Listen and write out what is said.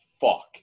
fuck